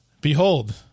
behold